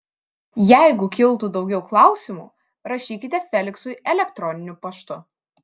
jeigu kiltų daugiau klausimų rašykite feliksui elektroniniu paštu